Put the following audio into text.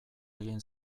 egin